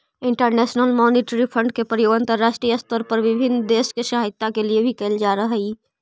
international monetary fund के प्रयोग अंतरराष्ट्रीय स्तर पर विभिन्न देश के सहायता के लिए भी कैल जा हई